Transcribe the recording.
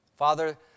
Father